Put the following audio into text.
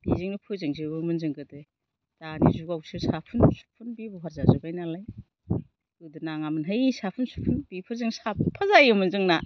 बिजोंनो फोजों जोबोमोन जों गोदो दानि जुगाव सो साफोन बेब'हार जाजोब्बाय नालाय गोदो नाङामोनहाय साफोन सुफोन बेफोरजोंनो साफा जायोमोन जोंना